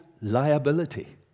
liability